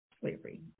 slavery